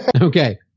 Okay